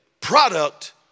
product